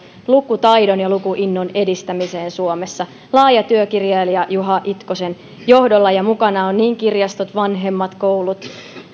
lukutaidon ja lukuinnon edistämiseen suomessa laaja työ kirjailija juha itkosen johdolla ja mukana ovat niin kirjastot vanhemmat koulut